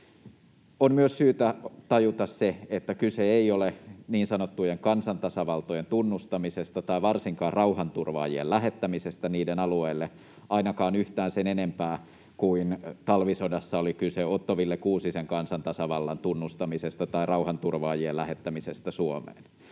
On myös syytä tajuta se, että kyse ei ole niin sanottujen kansantasavaltojen tunnustamisesta tai varsinkaan rauhanturvaajien lähettämisestä niiden alueelle, ainakaan yhtään sen enempää kuin talvisodassa oli kyse Otto Wille Kuusisen kansantasavallan tunnustamisesta tai rauhanturvaajien lähettämisestä Suomeen.